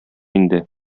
инде